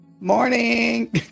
Morning